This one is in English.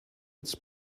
its